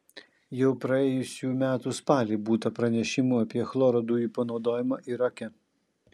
jau praėjusių metų spalį būta pranešimų apie chloro dujų panaudojimą irake